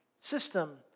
system